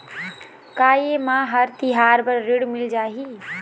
का ये मा हर तिहार बर ऋण मिल जाही का?